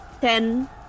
ten